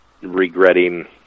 regretting